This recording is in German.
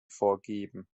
vorgeben